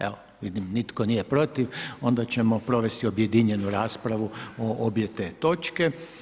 Evo vidim nitko nije protiv, onda ćemo provesti objedinjenu raspravu o obje te točke.